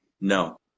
no